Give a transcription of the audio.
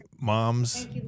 moms